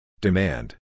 Demand